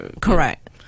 Correct